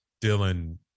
Dylan